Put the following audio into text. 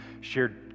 shared